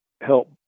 help